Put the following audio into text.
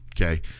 Okay